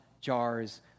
jars